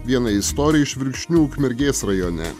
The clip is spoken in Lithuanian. viena istorija iš virkšnių ukmergės rajone